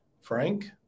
Frank